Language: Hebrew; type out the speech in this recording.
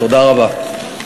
תודה רבה.